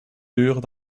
duur